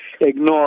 ignore